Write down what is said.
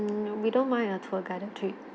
mm we don't mind a tour guided trip